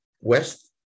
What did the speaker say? West